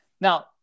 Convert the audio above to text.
Now